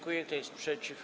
Kto jest przeciw?